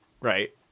Right